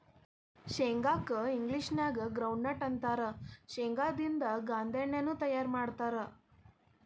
ಶೇಂಗಾ ಕ್ಕ ಇಂಗ್ಲೇಷನ್ಯಾಗ ಗ್ರೌಂಡ್ವಿ ನ್ಯೂಟ್ಟ ಅಂತಾರ, ಶೇಂಗಾದಿಂದ ಗಾಂದೇಣ್ಣಿನು ತಯಾರ್ ಮಾಡ್ತಾರ